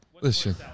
Listen